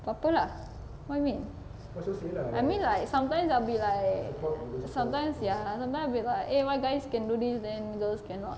apa-apa lah what you mean I mean like sometimes I'll be like sometimes ya sometimes be like eh why guys can do this then girls cannot